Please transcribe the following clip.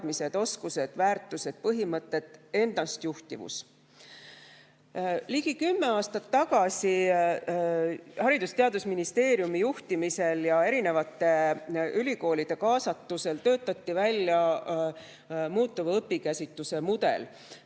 oskused, väärtused, põhimõtted, võime ennast juhtida. Ligi kümme aastat tagasi töötati Haridus‑ ja Teadusministeeriumi juhtimisel ja erinevate ülikoolide kaasatusel välja muutuva õpikäsituse mudel,